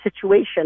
situation